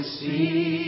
see